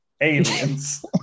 aliens